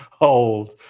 old